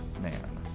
man